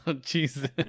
jesus